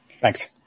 Thanks